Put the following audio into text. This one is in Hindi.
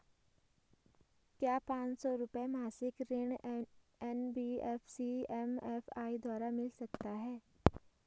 क्या पांच सौ रुपए मासिक ऋण एन.बी.एफ.सी एम.एफ.आई द्वारा मिल सकता है?